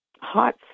hot